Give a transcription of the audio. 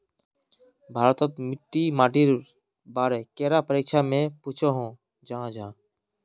भारत तोत मिट्टी माटिर बारे कैडा परीक्षा में पुछोहो जाहा जाहा?